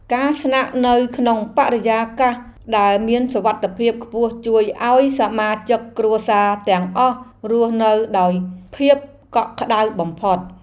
ការស្នាក់នៅក្នុងបរិយាកាសដែលមានសុវត្ថិភាពខ្ពស់ជួយឱ្យសមាជិកគ្រួសារទាំងអស់រស់នៅដោយភាពកក់ក្តៅបំផុត។